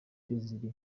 desire